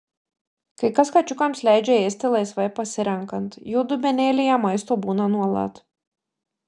kai kas kačiukams leidžia ėsti laisvai pasirenkant jų dubenėlyje maisto būna nuolat